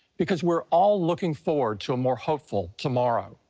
because we're all looking forward to a more hopeful tomorrow.